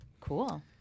Cool